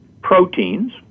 proteins